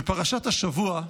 בפרשת השבוע,